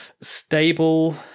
stable